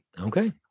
Okay